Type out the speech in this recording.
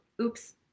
oops